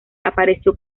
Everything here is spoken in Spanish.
apareció